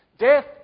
death